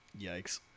Yikes